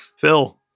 Phil